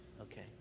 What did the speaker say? Okay